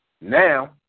Now